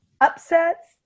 upsets